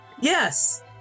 Yes